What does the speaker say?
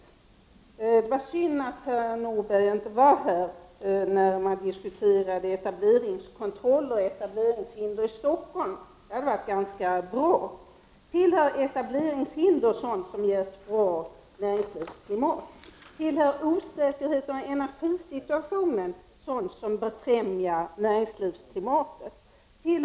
Det var synd att herr Nordberg inte var här i kammaren när vi diskuterade etableringskontroll och etableringshinder i Stockholm. Det hade varit bra om han varit här. Är etableringshinder något som ger ett bra näringslivsklimat? Är osäkerhet om energisituationen något som befrämjar näringslivsklimatet?